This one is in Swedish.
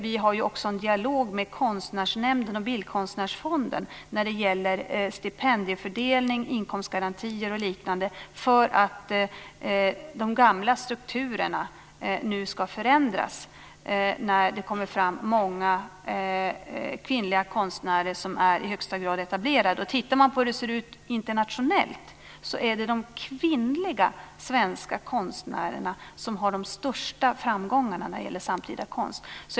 Vi har också en dialog med Konstnärsnämnden och Bildkonstnärsfonden när det gäller stipendiefördelning, inkomstgarantier och liknande, för att de gamla strukturerna nu ska förändras när det kommer fram många kvinnliga konstnärer som är i högsta grad etablerade. Tittar man på hur det ser ut internationellt ser man att det är de kvinnliga svenska konstnärerna som har de största framgångarna när det gäller samtida konst.